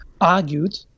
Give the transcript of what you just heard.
argued